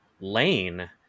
Lane